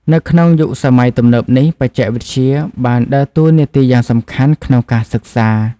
នៅក្នុងយុគសម័យទំនើបនេះ បច្ចេកវិទ្យាបានដើរតួនាទីយ៉ាងសំខាន់ក្នុងការសិក្សា។